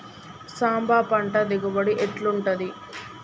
సాంబ పంట దిగుబడి ఎట్లుంటది?